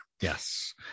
Yes